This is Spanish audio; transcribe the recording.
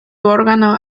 órgano